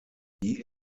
die